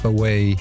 Away